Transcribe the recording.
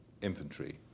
infantry